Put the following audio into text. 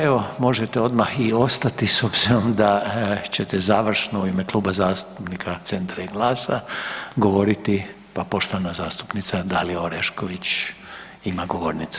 Evo, možete odmah i ostati s obzirom da ćete završno u ime Kluba zastupnika Centra i GLAS-a govoriti pa poštovana zastupnica Dalija Orešković ima govornicu.